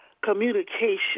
communication